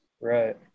Right